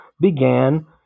began